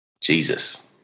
Jesus